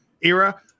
era